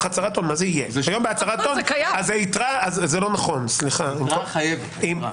היתרה חייבת.